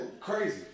crazy